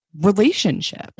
Relationship